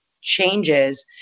changes